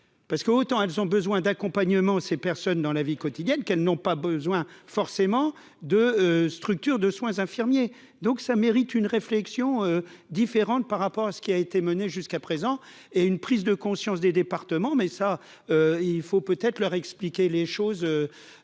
parce qu'autant, elles ont besoin d'accompagnement ces personnes dans la vie quotidienne, qu'elles n'ont pas besoin forcément de structures de soins infirmiers, donc ça mérite une réflexion différente par rapport à ce qui a été menée jusqu'à présent et une prise de conscience des départements mais ça, il faut peut-être leur expliquer les choses